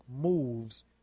moves